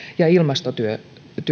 ja ilmastotyössä